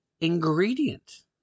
ingredient